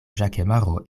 ĵakemaro